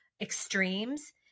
extremes